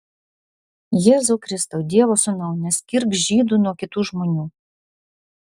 jėzau kristau dievo sūnau neskirk žydų nuo kitų žmonių